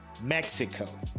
mexico